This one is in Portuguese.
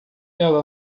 ela